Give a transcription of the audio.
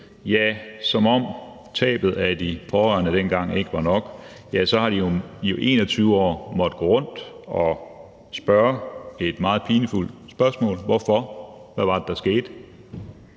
– som om tabet af de pårørende dengang ikke er nok – har i 21 år måttet gå og stille nogle meget pinefulde spørgsmål: Hvorfor, hvad var det, der skete,